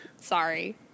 Sorry